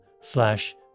slash